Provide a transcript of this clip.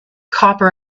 copper